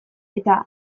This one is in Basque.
eta